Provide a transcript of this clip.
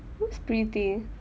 who's preeti